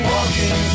Walking